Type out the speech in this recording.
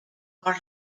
are